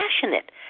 passionate